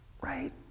right